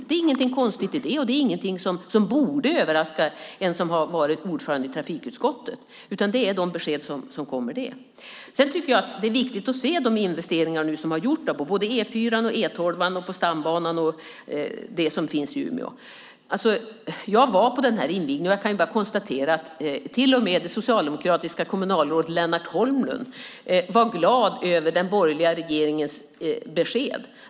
Det är inget konstigt i det, och det är inget som borde överraska den som har varit ordförande i trafikutskottet. Det kommer alltså besked. Sedan är det viktigt att se de investeringar som har gjorts på E4, på E12, på stambanan och på det som finns i Umeå. Jag var på invigningen, och jag kan konstatera att till och med det socialdemokratiska kommunalrådet Lennart Holmlund var glad över den borgerliga regeringens besked.